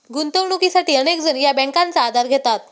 गुंतवणुकीसाठी अनेक जण या बँकांचा आधार घेतात